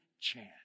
chance